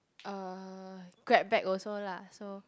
uh Grab back also lah so